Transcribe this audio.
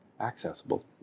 accessible